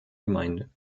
gemeinde